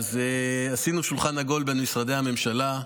אז עשינו שולחן עגול בין משרדי הממשלה,